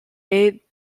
made